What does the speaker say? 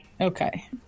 Okay